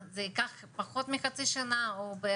אז כמו שאמרו גם סיגל וגם גאיה,